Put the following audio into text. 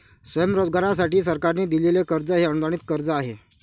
स्वयंरोजगारासाठी सरकारने दिलेले कर्ज हे अनुदानित कर्ज आहे